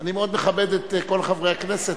אני מאוד מכבד את כל חברי הכנסת,